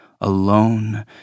alone